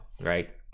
right